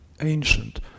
ancient